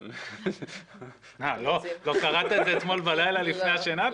אתה אומר שלא קראת זה אתמול בלילה לפני הלכת לישון?